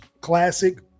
Classic